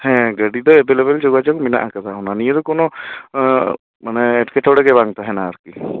ᱦᱮᱸ ᱜᱟᱹᱰᱤ ᱫᱚ ᱮᱵᱷᱮᱞᱮᱵᱮᱞ ᱡᱳᱜᱟᱡᱳᱜ ᱢᱮᱱᱟᱜ ᱟᱠᱟᱫᱟ ᱚᱱᱟ ᱱᱤᱭᱮ ᱫᱚ ᱠᱳᱱᱳ ᱮᱸᱻ ᱢᱟᱱᱮ ᱮᱴᱸᱠᱮᱴᱚᱬᱮᱜᱮ ᱵᱟᱝ ᱛᱟᱦᱮᱸᱱᱟ ᱟᱨᱠᱤ